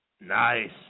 Nice